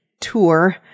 tour